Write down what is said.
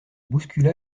bouscula